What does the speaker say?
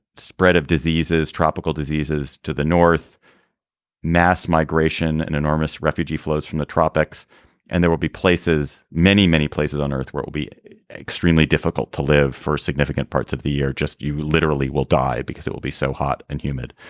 spread of diseases tropical diseases to the north mass migration an enormous refugee flows from the tropics and there will be places many many places on earth where it will be extremely difficult to live. first significant parts of the year just you literally will die because it will be so hot and humid.